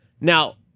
Now